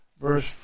verse